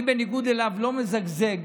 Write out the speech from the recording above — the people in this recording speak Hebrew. אני, בניגוד אליו, לא מזגזג.